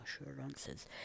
assurances